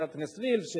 חברת הכנסת וילף,